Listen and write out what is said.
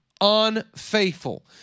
unfaithful